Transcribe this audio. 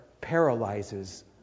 paralyzes